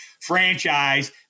franchise